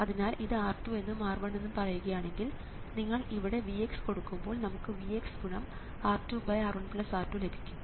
അതിനാൽ ഇത് R2 എന്നും R1 എന്നും പറയുകയാണെങ്കിൽ നിങ്ങൾ ഇവിടെ Vx കൊടുക്കുമ്പോൾ നമുക്ക് Vx×R2R1R2 ലഭിക്കും